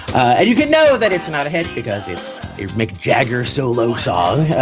and you can know that it's not a hit, because if you're mick jagger solo song,